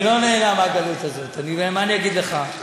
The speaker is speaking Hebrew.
אני לא נהנה מהגלות הזאת, מה אני אגיד לך.